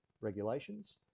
regulations